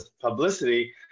publicity